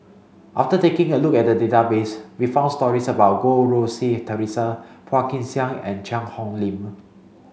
after taking a look at database we found stories about Goh Rui Si Theresa Phua Kin Siang and Cheang Hong Lim